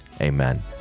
Amen